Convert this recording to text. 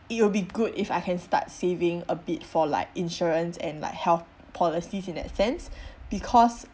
it will be good if I can start saving a bit for like insurance and like health policies in that sense because